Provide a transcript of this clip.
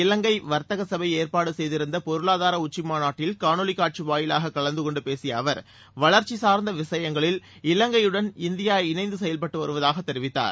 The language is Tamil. இவங்கை வர்த்தக சபை ஏற்பாடு செய்திருந்த பொருளாதார உச்சி மாநாட்டில் காணொலிக் காட்சி வாயிலாகக் கலந்து கொண்டு பேசிய அவர் வளர்ச்சி சார்ந்த விஷயங்களில் இலங்கையுடன் இந்தியா இணைந்து செயல்பட்டு வருவதாகத் தெரிவித்தார்